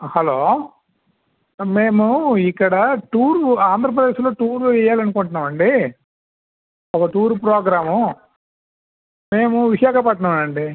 hello మేము ఇక్కడ tour ఆంధ్రప్రదేశ్లో టూరు వెయ్యాలి అనుకుంటున్నాం అండి ఒక టూరు ప్రోగ్రాము మేము విశాఖపట్నమే అండి